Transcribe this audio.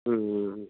ம் ம் ம்